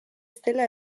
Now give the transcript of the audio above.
zela